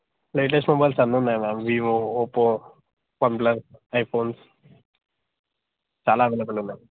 latest mobiles అన్నీ ఉన్నాయి ma'am Vivo Oppo OnePlus iPhones చాలా అవైలబుల్ ఉన్నాయి